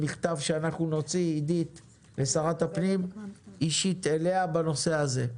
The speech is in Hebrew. אנחנו נוציא אישית מכתב לשרת הפנים בנושא הזה.